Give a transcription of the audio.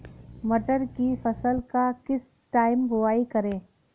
मटर की फसल का किस टाइम बुवाई करें?